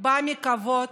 באה מכבוד,